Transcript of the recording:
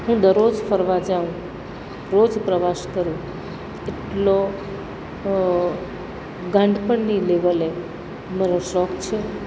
હું દરરોજ ફરવા જાઉં રોજ પ્રવાસ કરૂં એટલો ગાંડપણની લેવલે મને શોખ છે